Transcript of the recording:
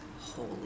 holy